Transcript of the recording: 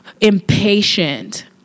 impatient